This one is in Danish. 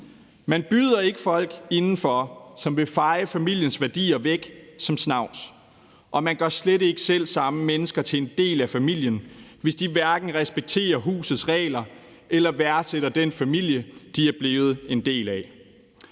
Man byder ikke folk indenfor, som vil feje familiens værdier væk som snavs, og man gør slet ikke selv samme mennesker til en del af familien, hvis de hverken respekterer husets regler eller værdsætter den familie, de er blevet en del af.